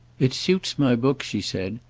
it suits my book, she said,